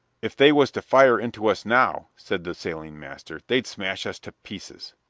if they was to fire into us now, said the sailing master, they'd smash us to pieces.